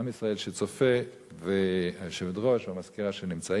עם ישראל שצופה והיושבת-ראש והמזכירה שנמצאות,